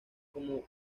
como